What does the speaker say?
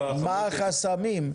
מה החסמים?